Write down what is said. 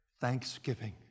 Thanksgiving